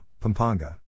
Pampanga